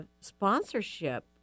sponsorship